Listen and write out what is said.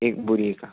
एक बोरी का